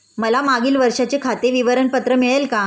मला मागील वर्षाचे खाते विवरण पत्र मिळेल का?